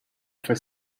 for